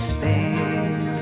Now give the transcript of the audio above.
Spain